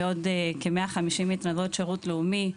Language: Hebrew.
ועוד כ-150 מתנדבות שירות לאומי.